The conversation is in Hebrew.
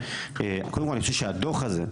קודם כל אני חושב שהדו"ח הזה,